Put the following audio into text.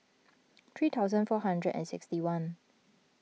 three thousand four hundred and sixty one